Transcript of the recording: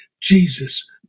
Jesus